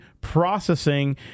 processing